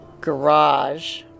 garage